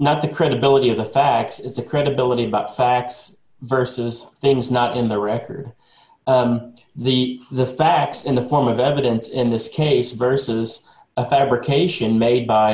not the credibility of the facts it's a credibility about facts versus things not in the record the the facts in the form of evidence in this case versus a fabrication made by